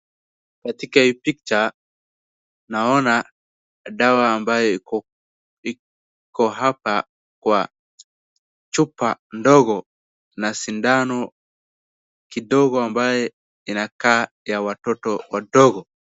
Kakita hii picha naona dawa ambayo iko hapa kwa chupa ndogo na sindano ndogo ambayo inakaa ya watoto wadogo.